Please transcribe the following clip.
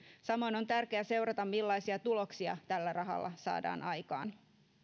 samoin on tärkeää seurata millaisia tuloksia tällä rahalla saadaan aikaan